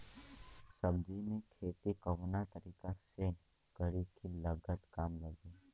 सब्जी के खेती कवना तरीका से करी की लागत काम लगे?